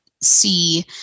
see